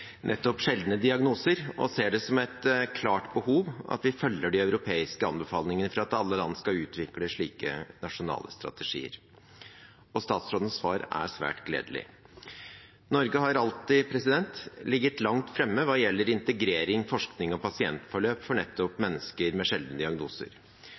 sjeldne diagnoser og ser det som et klart behov at vi følger de europeiske anbefalingene for at alle land skal utvikle slike nasjonale strategier – og statsrådens svar er svært gledelig. Norge har alltid ligget langt fremme hva gjelder integrering, forskning og pasientforløp for nettopp